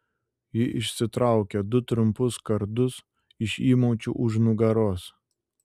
ji išsitraukė du trumpus kardus iš įmaučių už nugaros